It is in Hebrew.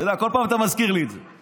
אתה יודע, כל פעם אתה מזכיר לי את זה.